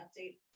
update